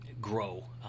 grow